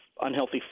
unhealthy